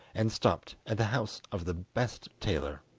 and stopped at the house of the best tailor.